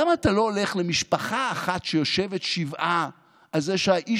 למה אתה לא בא למשפחה אחת שיושבת שבעה על זה שהאיש,